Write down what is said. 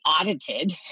audited